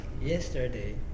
yesterday